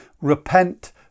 Repent